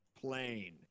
Plane